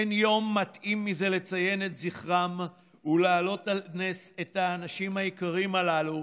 אין יום מתאים מזה לציין את זכרם ולהעלות על נס את האנשים היקרים הללו,